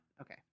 okay